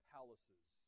palaces